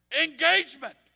engagement